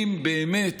אם באמת